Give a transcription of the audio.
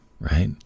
right